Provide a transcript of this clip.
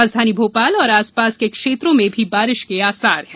राजधानी भोपाल और आसपास के क्षेत्रों में भी बारिश के आसार हैं